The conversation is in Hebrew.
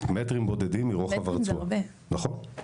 נכון.